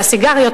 על הסיגריות,